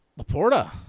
Laporta